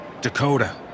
Dakota